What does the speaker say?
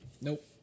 Nope